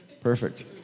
Perfect